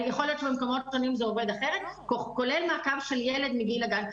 יכול להיות שבמקומות קטנים זה עובד אחרת כולל מעקב של ילד מגיל הגן.